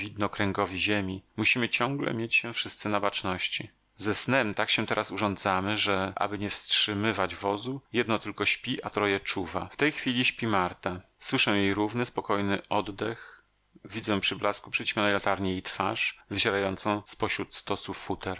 widnokręgowi ziemi musimy ciągle mieć się wszyscy na baczności ze snem tak się teraz urządzamy że aby nie wstrzymywać wozu jedno tylko śpi a troje czuwa w tej chwili śpi marta słyszę jej równy spokojny oddech widzę przy blasku przyćmionej latarni jej twarz wyzierającą z pośród stosu